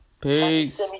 Peace